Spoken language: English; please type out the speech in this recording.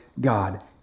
God